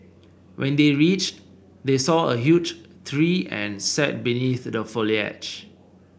when they reached they saw a huge tree and sat beneath the foliage